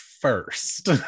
first